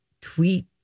tweet